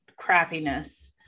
crappiness